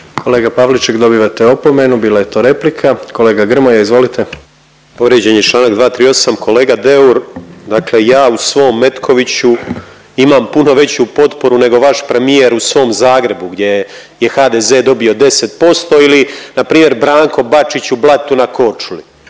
Kolega Pavliček dobivate opomenu. Bila je to replika. Kolega Grmoja, izvolite. **Grmoja, Nikola (MOST)** Povrijeđen je članak 238. Kolega Deur, dakle ja u svom Metkoviću imam puno veću potporu nego vaš premijer u svom Zagrebu gdje je HDZ dobio 10% ili na primjer Branko Bačić u Blatu na Korčuli.